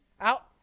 out